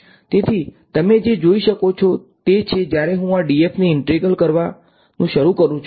તેથીતમે જે જોઈ શકો છો તે છે જ્યારે હું આ df ને ઈંન્ટ્રેગલ કરવાનું શરૂ કરું છું